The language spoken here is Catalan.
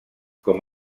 com